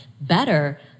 better